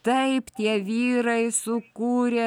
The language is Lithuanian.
taip tie vyrai sukūrė